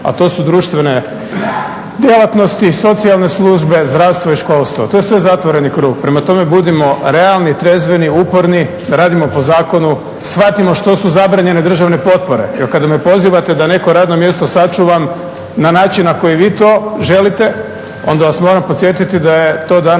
A to su društvene djelatnosti, socijalne službe, zdravstvo i školstvo, to je sve zatvoreni krug. Prema tome, budimo realni, trezveni, uporni, radimo po zakonu, shvatimo što su zabranjene državne potpore. Jer kada me pozivate da neko radno mjesto sačuvam na način na koji vi to želite, onda vas moram podsjetiti da je to danas